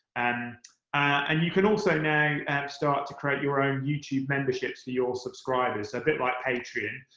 and and you can also now start to create your own youtube memberships for your subscribers. a bit like patreon,